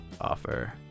offer